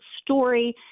story